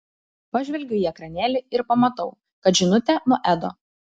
pažvelgiu į ekranėlį ir pamatau kad žinutė nuo edo